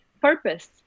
purpose